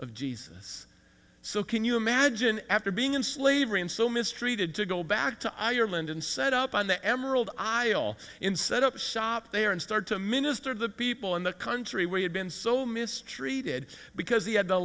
of jesus so can you imagine after being in slavery and so mistreated to go back to ireland and set up on the emerald isle in set up shop there and started to minister to the people in the country where he had been so mistreated because he had the